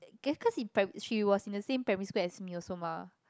cause in prim~ she was in the same primary school as me also mah